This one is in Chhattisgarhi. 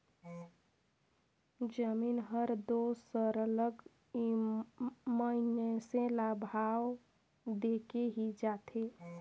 जमीन हर दो सरलग मइनसे ल भाव देके ही जाथे